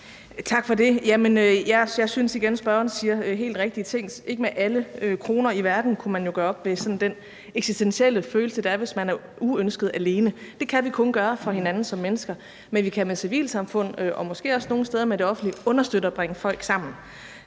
for det. Jamen jeg synes igen, spørgeren siger de helt rigtige ting. Ikke med alle kroner i verden vil man jo kunne gøre op med den sådan eksistentielle følelse, der er, hvis man er ufrivilligt alene. Det kan vi kun gøre for hinanden som mennesker. Men vi kan med civilsamfundet og måske også nogle steder med det offentlige understøtte at bringe folk sammen.